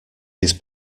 his